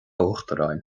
uachtaráin